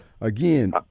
again